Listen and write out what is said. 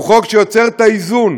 הוא חוק שיוצר את האיזון,